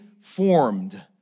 formed